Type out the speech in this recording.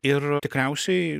ir tikriausiai